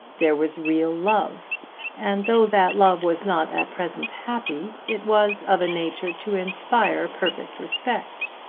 there was real love and though that love was not at present happy it was of a nature to inspire perfect respect.